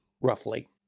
roughly